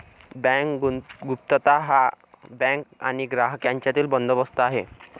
bank गुप्तता हा bank आणि ग्राहक यांच्यातील बंदोबस्त आहे